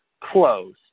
close